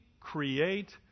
create